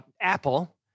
Apple